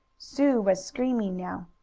sue was screaming now.